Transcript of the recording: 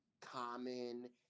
Common